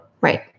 right